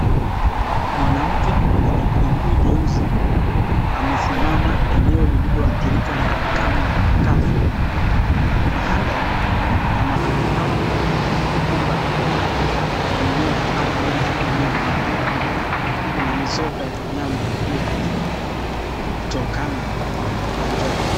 Mwanamke mwenye buibui nyeusi amesimama eneo lilioharibika na ukame kavu ,mandhari ya mahali hapo kwamba hakuna hata mimea ama nyasi iliyomea. Kuna mizoga ya wanyama waliokufa kutokana na njaa.